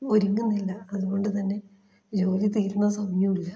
ഒരുങ്ങുന്നില്ല അതുകൊണ്ട് തന്നെ ജോലി തീരണ സമയവുമില്ല